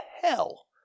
hell